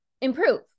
improve